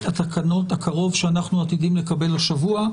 התקנות הקרוב שאנחנו עתידים לקבל השבוע.